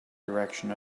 direction